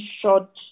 short